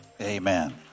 Amen